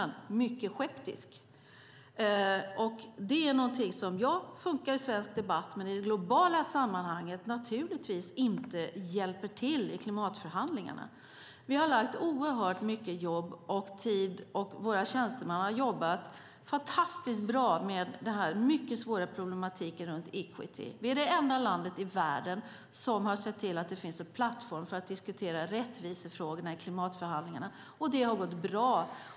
Det funkar i svensk debatt, men i det globala sammanhanget hjälper det naturligtvis inte till i klimatförhandlingarna. Vi har lagt mycket jobb och tid på detta, och våra tjänstemän har jobbat fantastiskt bra med den svåra problematiken runt equity. Vi är det enda landet i världen som har sett till att det finns en plattform för att diskutera rättvisefrågorna i klimatförhandlingarna, och det har gått bra.